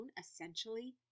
essentially